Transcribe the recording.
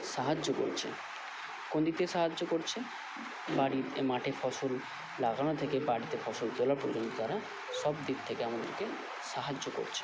সাহায্য করছে কোন দিক থেকে সাহায্য করছে বাড়ি মাঠে ফসল লাগানো থেকে বাড়িতে ফসল তোলা পর্যন্ত তারা সব দিক থেকে আমাদেরকে সাহায্য করছে